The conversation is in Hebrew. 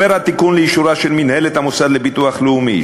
התיקון עובר לאישורה של מינהלת המוסד לביטוח לאומי.